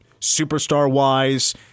superstar-wise